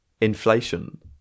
Inflation